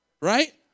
Right